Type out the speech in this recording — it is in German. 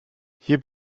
hier